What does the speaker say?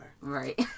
Right